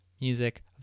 Music